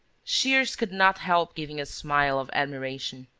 shears could not help giving a smile of admiration.